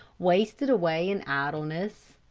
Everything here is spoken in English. wasted away in idleness.